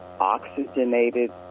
oxygenated